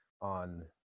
on